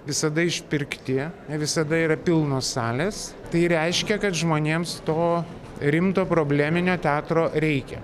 visada išpirkti ne visada yra pilnos salės tai reiškia kad žmonėms to rimto probleminio teatro reikia